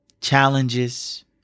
Challenges